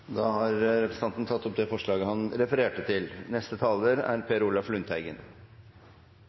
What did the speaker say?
da tatt opp det forslaget han refererte til.